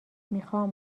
میخوام